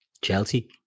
Chelsea